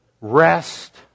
Rest